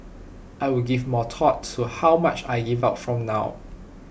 I will give more thought to how much I give out from now